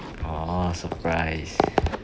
orh hor surprise